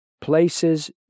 places